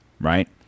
right